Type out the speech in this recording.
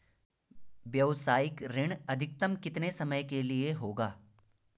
व्यावसायिक ऋण अधिकतम कितने समय के लिए होगा?